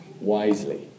wisely